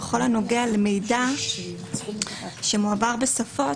בכל הנוגע למידע שמועבר בשפות,